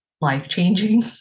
life-changing